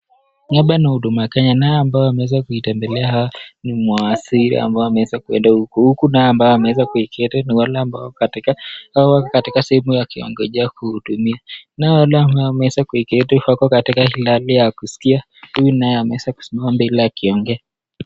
Naye amebeba huduma Kenya naye ambaye ameweza kuitendelea haya ni mwasiri ambaye ameweza kwenda huku huku naye ambaye ameweza kuiketi ni wale ambao katika katika simu ya kiwango cha kuhudumia. Naye wale ambao ameweza kuiketi wako katika hilani ya kusikia. Huyu naye ameweza kusimama mbele ya kiongea.